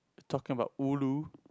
talking about ulu